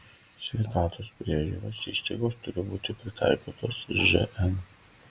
sveikatos priežiūros įstaigos turi būti pritaikytos žn